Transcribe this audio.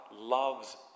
loves